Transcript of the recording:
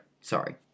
Sorry